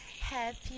happy